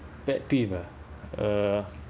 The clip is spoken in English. pet peeve ah uh